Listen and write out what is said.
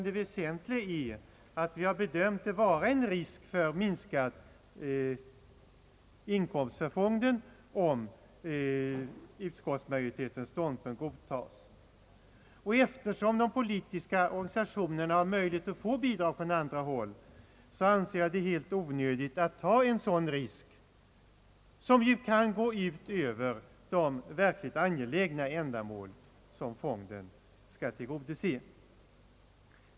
Det väsentliga är att vi bedömt det vara en risk för minskad inkomst för fonden om utskottsmajoritetens ståndpunkt godtas. Eftersom de politiska organisationerna har möjlighet att få bidrag från andra håll anser jag det helt onödigt att ta en sådan risk som ju kan gå ut över de verkligt angelägna ändamål som fonden skall tillgodose.